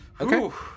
okay